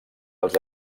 els